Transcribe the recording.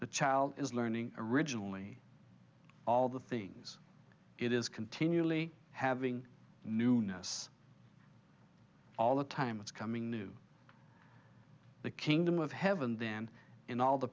the child is learning originally all the things it is continually having newness all the time it's coming new the kingdom of heaven then in all the